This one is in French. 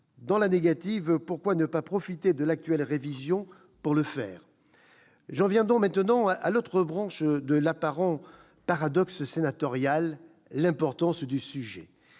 Dans la négative, pourquoi ne pas profiter de l'actuelle révision constitutionnelle pour le faire ? J'en viens maintenant à l'autre branche de l'apparent paradoxe sénatorial : l'importance du sujet.